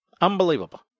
Unbelievable